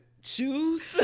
Shoes